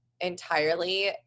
entirely